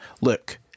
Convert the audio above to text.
Look